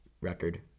record